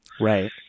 Right